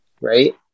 right